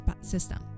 system